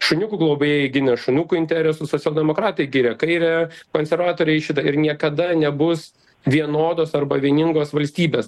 šuniukų globėjai gina šuniukų interesus socialdemokratai giria kairę konservatoriai šitą ir niekada nebus vienodos arba vieningos valstybės